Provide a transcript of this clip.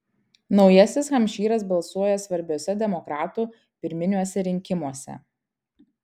naujasis hampšyras balsuoja svarbiuose demokratų pirminiuose rinkimuose